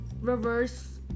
reverse